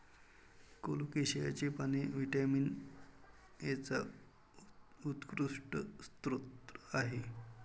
कोलोकेसियाची पाने व्हिटॅमिन एचा उत्कृष्ट स्रोत आहेत